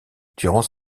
durant